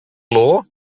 law